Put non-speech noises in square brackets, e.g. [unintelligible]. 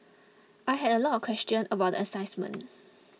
I had a lot of questions about the [unintelligible] [noise]